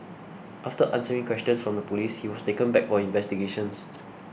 after answering questions from the police he was taken back for investigations